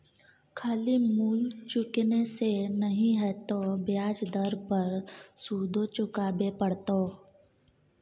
खाली मूल चुकेने से नहि हेतौ ब्याज दर पर सुदो चुकाबे पड़तौ